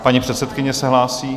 Paní předsedkyně se hlásí.